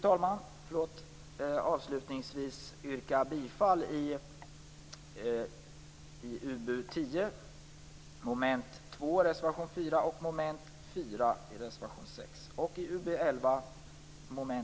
Jag vill avslutningsvis i UbU10 yrka bifall till reservation 4 under mom. 2 och reservation